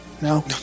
No